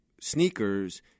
sneakers